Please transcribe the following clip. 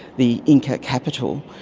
the inca capital,